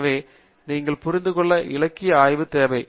எனவே நீங்கள் தெரிந்துகொள்ள இலக்கிய ஆய்வு தேவை